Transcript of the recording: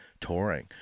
touring